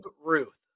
Ruth